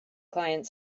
client